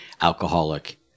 alcoholic